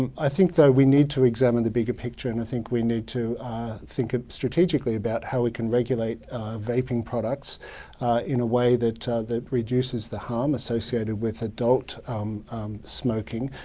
um i think, though, we need to examine the bigger picture. and i think we need to think strategically about how we can regulate vaping products in a way that that reduces the harm associated with adult smoking,